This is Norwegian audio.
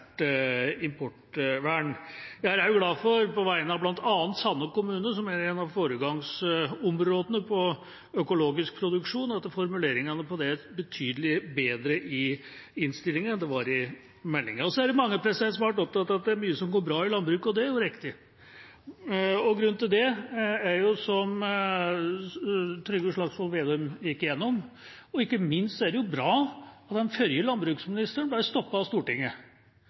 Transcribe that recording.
sterkt importvern. Jeg er glad for, bl.a. på vegne av Sande kommune, som er et av foregangsområdene innen økologisk produksjon, at formuleringene når det gjelder dette, er betydelig bedre i innstillinga enn i meldinga. Det er mange som har vært opptatt av at det er mye som går bra i landbruket. Det er riktig. Grunnen til det er det som Trygve Slagsvold Vedum gikk gjennom. Ikke minst er det bra at den forrige landbruksministeren ble stoppet av Stortinget